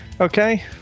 okay